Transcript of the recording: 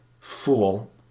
fool